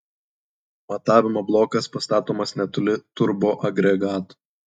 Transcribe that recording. matavimo blokas pastatomas netoli turboagregato